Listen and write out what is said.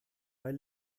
weil